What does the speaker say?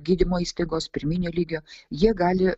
gydymo įstaigos pirminio lygio jie gali